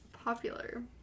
Popular